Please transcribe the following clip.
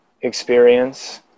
experience